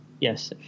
yes